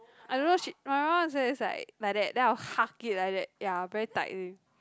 I don't know she my mum is like like that then I'll hug it like that ya very tightly